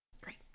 Great